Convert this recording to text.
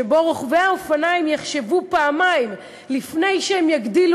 שבו רוכבי האופניים יחשבו פעמיים לפני שהם יגדילו